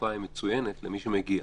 תפוקה הן מצוינות למי שמגיע.